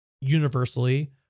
universally